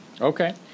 Okay